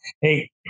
Hey